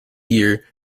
year